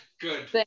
good